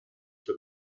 for